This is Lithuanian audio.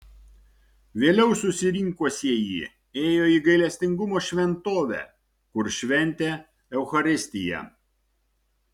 vėliau susirinkusieji ėjo į gailestingumo šventovę kur šventė eucharistiją